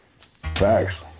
Facts